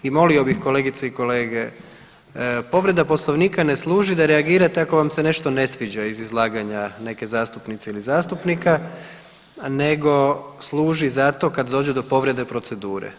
I molio bih kolegice i kolege, povreda Poslovnika ne služi da reagirate ako vam se nešto ne sviđa iz izlaganja neke zastupnice ili zastupnika, nego služi za to kad dođe do povrede procedure.